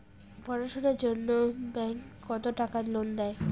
পড়াশুনার জন্যে ব্যাংক কত টাকা লোন দেয়?